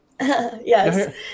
Yes